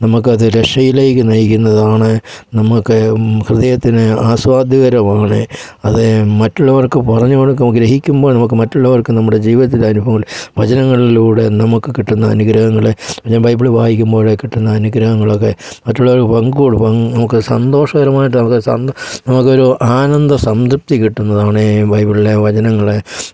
നമുക്ക് അത് രക്ഷയിലേക്ക് നയിക്കുന്നതാണ് നമുക്ക് ഹൃദയത്തിന് ആസ്വാദ്യകരമാണ് അത് മറ്റുള്ളവർക്ക് പറഞ്ഞു കൊടുക്കുമ്പോൾ ആഗ്രഹിക്കുമ്പോൾ നമുക്ക് മറ്റുള്ളവർക്ക് നമ്മുടെ ജീവിതത്തിലെ അനുഭവങ്ങൾ വചനങ്ങളിലൂടെ നമുക്ക് കിട്ടുന്ന അനുഗ്രഹങ്ങളെ ഞാൻ ബൈബിൾ വായിക്കുമ്പോൾ കിട്ടുന്ന അനുഗ്രഹങ്ങളൊക്കെ മറ്റുള്ളവർ പങ്കുകൊള്ളും നമുക്ക് സന്തോഷകരമയിട്ട് നമ്മൾക്ക് സന്തോഷം നമുക്ക് ഒരു ആനന്ദ സംതൃപ്തി കിട്ടുന്നതാണ് ബൈബിളിലെ വചനങ്ങൾ